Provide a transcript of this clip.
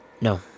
no